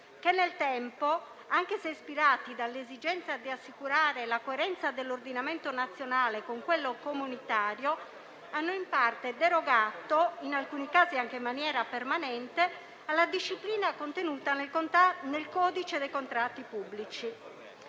che nel tempo, anche se ispirati dall'esigenza di assicurare la coerenza dell'ordinamento nazionale con quello comunitario, hanno in parte derogato - in alcuni casi, anche in maniera permanente - alla disciplina contenuta nel codice dei contratti pubblici.